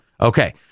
Okay